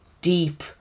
deep